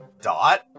Dot